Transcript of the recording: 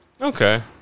Okay